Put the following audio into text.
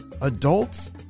Adults